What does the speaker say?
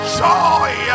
joy